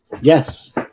Yes